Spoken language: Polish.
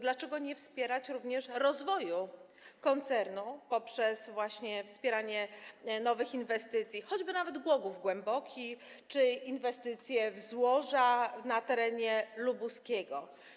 Dlaczego nie mielibyśmy wspierać również rozwoju koncernu poprzez wspieranie nowych inwestycji, choćby nawet Głogów Głęboki, czy inwestycji w złoża na terenie Lubuskiego?